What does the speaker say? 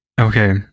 Okay